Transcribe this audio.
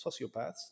sociopaths